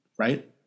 Right